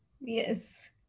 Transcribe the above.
yes